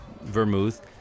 vermouth